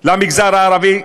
התוכנית למגזר הערבי,